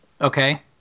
okay